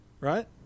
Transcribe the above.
right